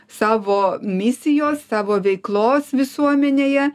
savo misijos savo veiklos visuomenėje